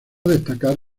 destacar